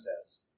says